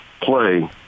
play